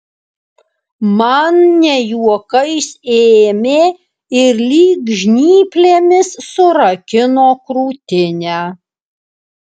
man ne juokais ėmė ir lyg žnyplėmis surakino krūtinę